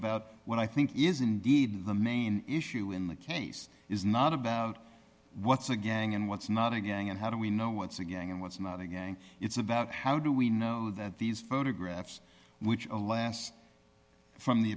about what i think is indeed the main issue in the case is not about what's a gang and what's not a gang and how do we know what's a gang and what's not a gang it's about how do we know that these photographs which alas from the